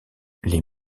les